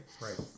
Right